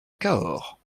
cahors